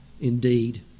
indeed